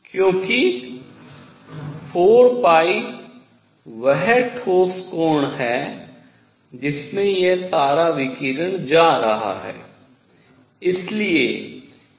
क्योंकि 4π वह ठोस कोण है जिसमें यह सारा विकिरण जा रहा है